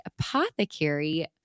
Apothecary